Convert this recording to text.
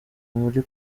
muri